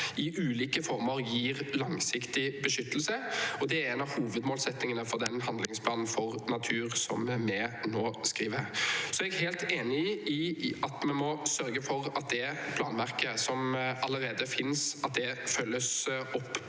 i ulike former gir langsiktig beskyttelse. Det er en av hovedmålsettingene for den handlingsplanen for natur som vi nå skriver. Jeg er helt enig i at vi må sørge for at det planverket som allerede finnes, følges opp på